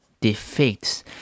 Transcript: defects